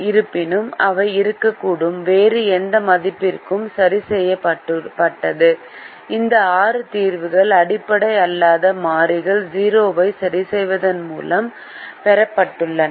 இருப்பினும் அவை இருக்கக்கூடும் வேறு எந்த மதிப்பிற்கும் சரி செய்யப்பட்டது இந்த ஆறு தீர்வுகள் அடிப்படை அல்லாத மாறிகள் 0 ஐ சரிசெய்வதன் மூலம் பெறப்பட்டுள்ளன